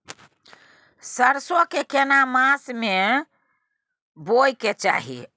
सरसो के केना मास में बोय के चाही?